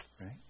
Right